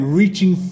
reaching